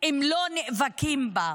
אם לא ייאבקו בה.